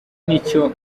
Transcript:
nicyo